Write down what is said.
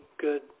good